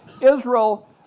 Israel